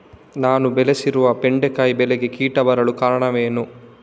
ನಾನು ಬೆಳೆಸಿರುವ ಬೆಂಡೆಕಾಯಿ ಬೆಳೆಗೆ ಕೀಟ ಬರಲು ಕಾರಣವೇನು?